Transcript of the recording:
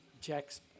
Jack's